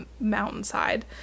mountainside